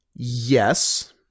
Yes